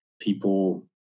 people